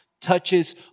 touches